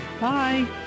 bye